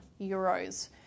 euros